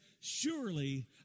Surely